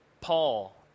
Paul